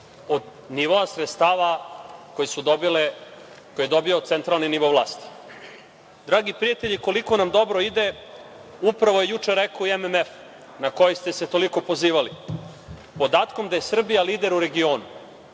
od nivoa sredstava koje je dobio centralni nivo vlasti. Dragi prijatelji, koliko nam dobro ide upravo je juče rekao i MMF, na koji ste se toliko pozivali, podatkom da je Srbija lider u regionu,